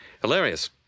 Hilarious